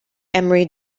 emery